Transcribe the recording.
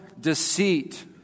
deceit